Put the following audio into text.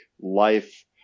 life